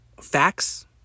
facts